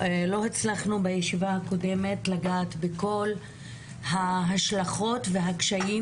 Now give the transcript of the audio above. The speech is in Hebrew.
בישיבה הקודמת לא הצלחנו לגעת בכל ההשלכות, הקשיים